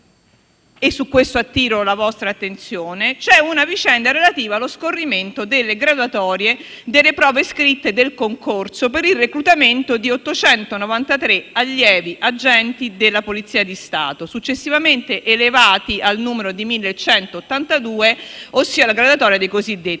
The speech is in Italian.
e su questo attiro la vostra attenzione - c'è una vicenda relativa allo scorrimento delle graduatorie delle prove scritte del concorso per il reclutamento di 893 allievi agenti della Polizia di Stato (successivamente elevati al numero di 1.182), ossia la graduatoria dei cosiddetti